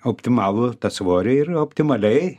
optimalų svorį ir optimaliai